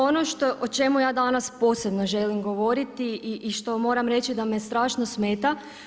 Ono o čemu ja danas posebno želim govoriti i što moram reći da me strašno smeta.